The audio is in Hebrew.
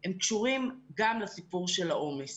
הם קשורים גם לסיפור של העומס.